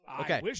Okay